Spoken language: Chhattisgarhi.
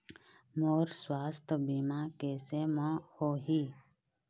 मोर सुवास्थ बीमा कैसे म होही?